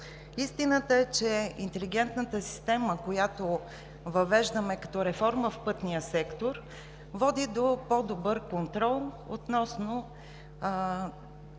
Истината е, че интелигентната система, която въвеждаме като реформа в пътния сектор, води до по-добър контрол относно